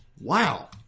Wow